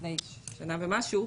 לפני שנה ומשהו.